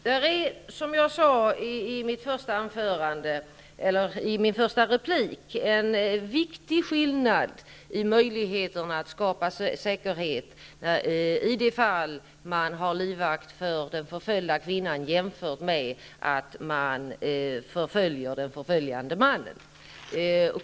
Fru talman! Som jag sade i mitt första inlägg finns det en viktig skillnad mellan möjligheterna att skapa säkerhet då man har livvakt för den förföljda kvinnan och då man förföljer den förföljande mannen.